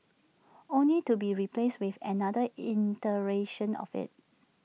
only to be replaced with another iteration of IT